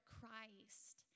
Christ